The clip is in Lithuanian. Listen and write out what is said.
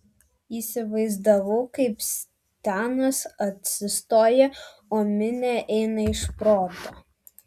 įsivaizdavau kaip stenas atsistoja o minia eina iš proto